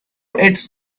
its